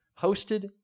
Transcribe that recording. hosted